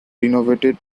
renovated